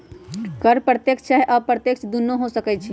कर प्रत्यक्ष चाहे अप्रत्यक्ष दुन्नो हो सकइ छइ